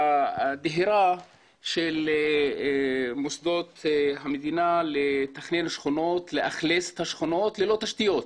הדהירה של מוסדות המדינה לתכנן שכונות ולאכלס את השכונות ללא תשתיות.